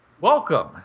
Welcome